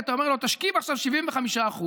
כי אתה אומר לו: תשכיב עכשיו 75%,